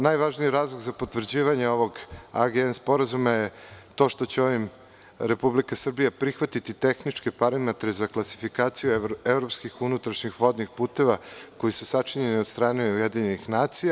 Najvažniji razlog za potvrđivanja ovog AGN sporazuma je to što će ovim Republika Srbija prihvatiti tehničke parametre za klasifikaciju evropskih unutrašnjih vodnih puteva koji su sačinjeni od strane UN.